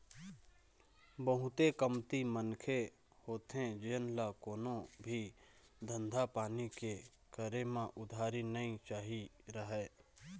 बहुते कमती मनखे होथे जेन ल कोनो भी धंधा पानी के करे म उधारी नइ चाही रहय